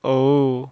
oh